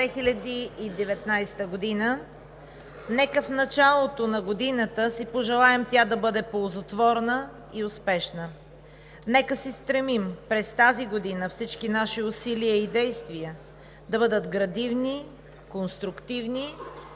2019 година! Нека в началото на годината си пожелаем тя да бъде ползотворна и успешна. Нека се стремим през тази година всички наши усилия и действия да бъдат градивни, конструктивни и